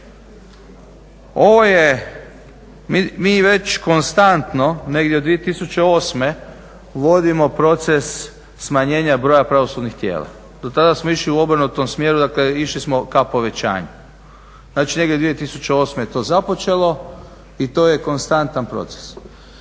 ovo je, mi već konstantno negdje od 2008. vodimo proces smanjenja broja pravosudnih tijela, do tada smo išli u obrnutom smjeru, dakle išli smo ka povećanju. Znači 208. je to započelo i to je konstantan proces.